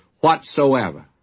whatsoever